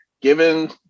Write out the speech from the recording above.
given